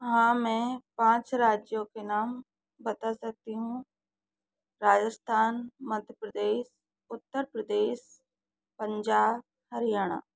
हाँ मैं पाँच राज्यों के नाम बता सकती हूँ राजस्थान मध्य प्रदेश उत्तर प्रदेश पंजाब हरियाणा